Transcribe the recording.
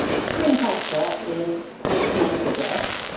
screen culture is, as its name suggests,